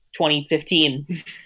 2015